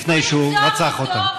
לפני שהוא רצח אותם.